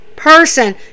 person